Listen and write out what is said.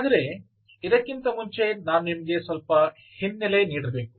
ಆದರೆ ಇದಕ್ಕಿಂತ ಮುಂಚೆ ನಾನು ನಿಮಗೆ ಸ್ವಲ್ಪ ಹಿನ್ನೆಲೆ ನೀಡಬೇಕು